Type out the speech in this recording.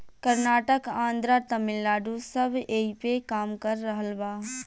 कर्नाटक, आन्द्रा, तमिलनाडू सब ऐइपे काम कर रहल बा